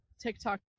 TikTok